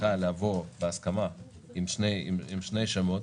צריכה לבוא בהסכמה עם שני שמות.